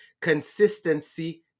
consistency